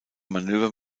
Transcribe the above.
manöver